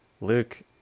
Luke